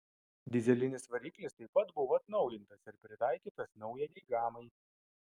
dyzelinis variklis taip pat buvo atnaujintas ir pritaikytas naujajai gamai